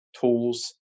tools